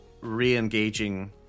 re-engaging